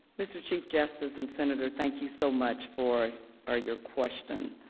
mr. chief justice and senator thank you so much for our your question